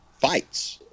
fights